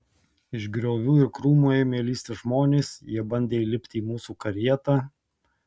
iš griovių ir krūmų ėmė lįsti žmonės jie bandė įlipti į mūsų karietą